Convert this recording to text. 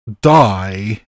die